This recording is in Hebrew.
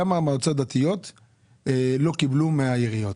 כמה מועצות דתיות לא קיבלו מהעיריות?